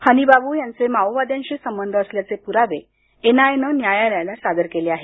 हनी बाबू यांचे माओवाद्यांशी संबंध असल्याचे पुरावे एनआयएनं न्यायालयाला सादर केले आहेत